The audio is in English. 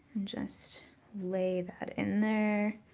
just lay that in there